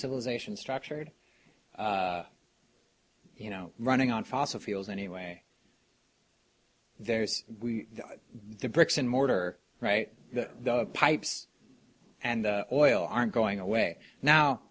civilization structured you know running on fossil fuels anyway there's the bricks and mortar right the pipes and oil aren't going away now